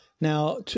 Now